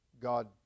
God